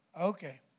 Okay